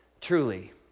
truly